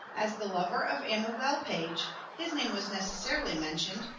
as the lover of amabel page, his name was necessarily mentioned,